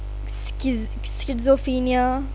sch~ schizophrenia